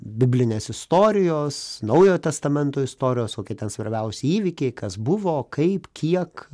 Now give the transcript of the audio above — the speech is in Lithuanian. biblinės istorijos naujojo testamento istorijos kokie ten svarbiausi įvykiai kas buvo kaip kiek